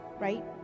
right